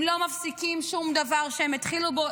הם לא מפסיקים שום דבר שהם התחילו בו,